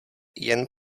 jen